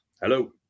Hello